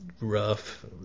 rough